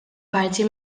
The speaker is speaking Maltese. parti